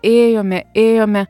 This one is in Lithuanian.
ėjome ėjome